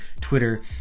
Twitter